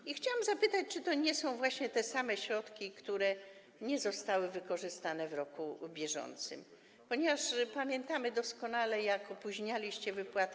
I chciałabym zapytać, czy to nie są właśnie te same środki, które nie zostały wykorzystane w roku bieżącym, ponieważ pamiętamy doskonale, jak opóźnialiście ich wypłatę.